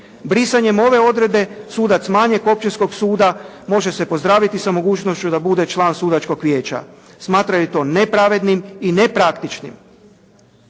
Brisanjem ove odredbe sudac manjeg općinskog suda može se pozdraviti sa mogućnošću da bude član Sudačkog vijeća. Smatraju to nepravednim i nepraktičnim.